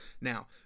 Now